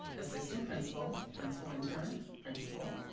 assistant principal, principal intern, principal,